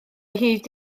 hyd